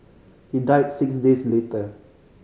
he died six days later